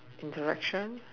interaction